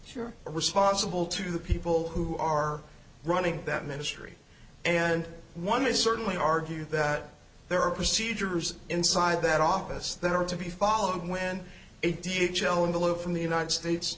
you're responsible to the people who are running that ministry and one is certainly argue that there are procedures inside that office that are to be followed when it d h l in below from the united states